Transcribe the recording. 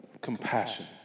Compassion